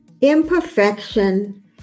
Imperfection